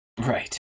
Right